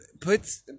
puts